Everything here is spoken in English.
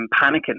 panicking